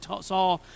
saw